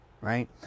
right